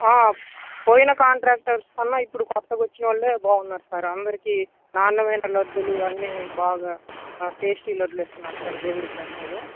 పోయిన కాంట్రాక్టర్స్ కన్నా ఇప్పుడు కొత్తగా వచ్చిన వాళ్ళే బాగున్నారు సార్ అందరికీ నాణ్యమైన లడ్డూలు అన్నీ బాగా టేస్టీ లడ్డూలు ఇస్తున్నారు సార్ దేవుడు ప్రసాదం